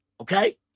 Okay